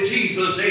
Jesus